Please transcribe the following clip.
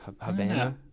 Havana